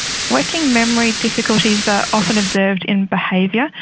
working memory difficulties are often observed in behaviour.